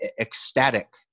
ecstatic